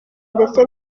ndetse